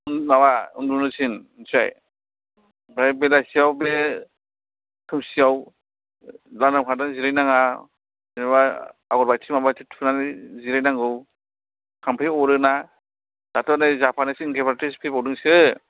माबा उन्दुनांसिगोन मिथिबाय ओमफ्राय बेलासियाव बे खोमसियाव लांदां फांदां जिरायनो नाङा जेनेबा आगरबाथि माबाबाथि थुनानै जिरायनांगौ थाम्फै अरो ना दाथ' नै जापानिस एनकेफेलायटिस फैबावदोंसो